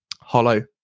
Hollow